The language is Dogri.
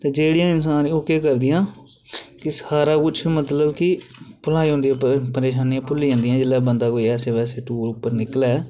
ते जेह्ड़ियां इंसान गी ओह् केह् करदियां के सारा कुछ भलाई दिंदियां परेशानियां भुल्ली जंदियां बंदे गी जेल्लै कोई बंदा कोई ऐसे बैसे टूर उप्पर निकलै